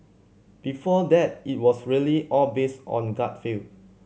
before that it was really all based on gut feel